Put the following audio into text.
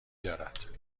دارد